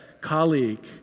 colleague